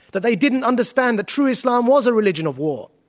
that they didn't understand that true islam was a religion of war.